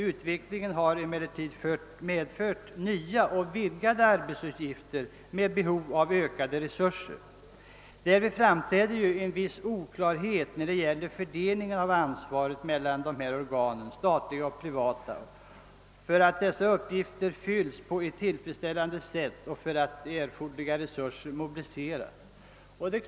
Utvecklingen har emellertid medfört nya och vidgade arbetsuppgifter med behov av ökade resurser. Därvid framträder en viss oklarhet när det gäller fördelningen av ansvaret mellan dessa statliga och privata organ för att dessa uppgifter fylls på ett tillfredsställande sätt och för att erforderliga resurser mobiliseras.